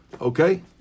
okay